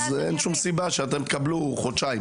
אז אין שום סיבה שאתם תקבלו חודשיים.